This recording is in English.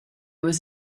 was